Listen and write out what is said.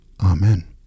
Amen